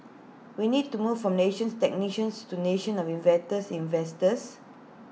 we need to move from nations technicians to nation of inventors investors